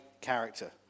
character